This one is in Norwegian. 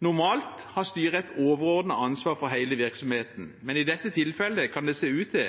Normalt har styret et overordnet ansvar for hele virksomheten, men i dette tilfellet kan det se ut til